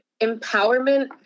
empowerment